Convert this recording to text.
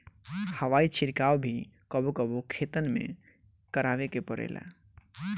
हवाई छिड़काव भी कबो कबो खेतन में करावे के पड़ेला